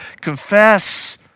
confess